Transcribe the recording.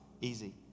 Easy